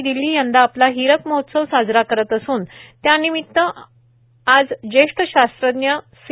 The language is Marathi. टी दिल्ली यंदा आपला हीरक महोत्सव साजरा करत असून त्यानिमित्त आणि आज ज्येष्ठ शास्त्रज्ञ सी